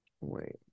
Wait